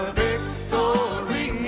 victory